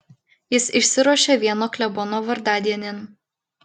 jis išsiruošė vieno klebono vardadienin